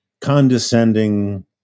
condescending